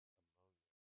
ammonia